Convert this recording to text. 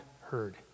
heard